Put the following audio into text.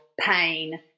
pain